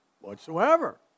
Whatsoever